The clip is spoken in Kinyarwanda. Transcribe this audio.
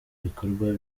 bikorwa